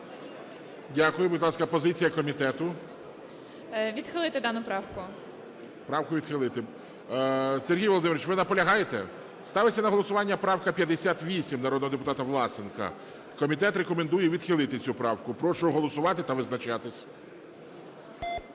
Дякую. Будь ласка, позиція комітету. 10:54:25 ЯНЧЕНКО Г.І. Відхилити дану правку. ГОЛОВУЮЧИЙ. Правку відхилити. Сергій Володимирович, ви наполягаєте? Ставиться на голосування правка 58 народного депутата Власенка. Комітет рекомендує відхилити цю правку. Прошу голосувати та визначатись.